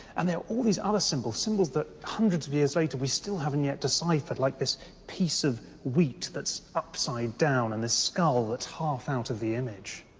and there are these other symbols, symbols that, hundreds of years later, we still haven't deciphered, like this piece of wheat that's upside down, and this skull that's half out of the image.